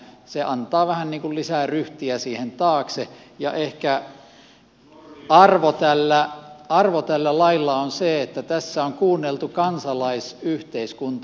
se antaa vähän niin kuin lisää ryhtiä siihen taakse ja ehkä arvo tällä lailla on se että tässä on kuunneltu kansalaisyhteiskuntaa